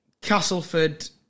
Castleford